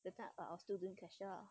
that time when I was still doing cashier